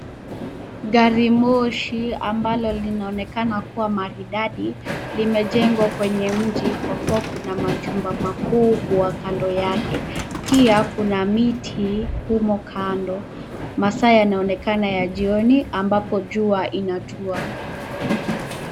Gari moshi ambalo linaonekana kuwa maridadi limejengwa kwenye mji kwa kuwa kuna majumba makubwa kando yake. Pia kuna miti humo kando. Masaa yanaonekana ya jioni ambapo jua inatua.